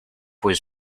was